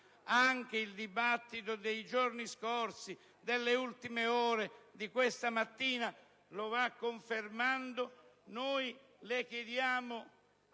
anche il dibattito dei giorni scorsi, dalle ultime ore, di questa mattina, lo va confermando